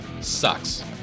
sucks